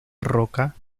roca